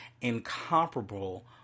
incomparable